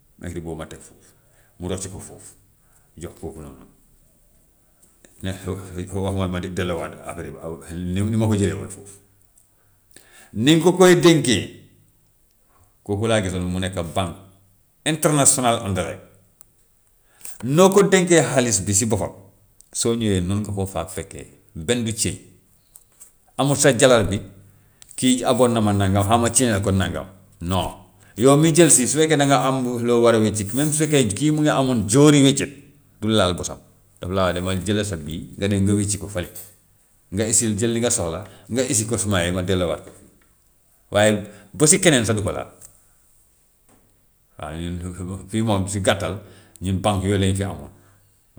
Ma ekkati boobu ma teg fooffu, mu rocci ko foofu jox kooku noonu ku wax ma ma dellowaat affaire bi aw bi ni ni ma ko jëlee woon foofu. Ni nga ko koy dénkee kooku laa gisoon mu nekka banque internantionale noo ko dénkee xaalis bi si boppam soo ñëwee noonu nga ko faa fekkee, benn du ci, amul sax jàllarbi kii àbboon na ma nangam xaaral ma ko nangam non, yow mi jël si su fekkee dangaa am loo war a wàcceeku même su fekkee kii nga amoon jóoni wéccet du laal bosam daf laa wax demal jêlal sa bil nga dem nga wécce ko fële nga jël li nga soxla, nga ko sumay ma delloowaat ko fii, waaye bosi keneen sax du ko laal waaw fii moom si gàttal ñun bànk yooyu lañu fi amoon.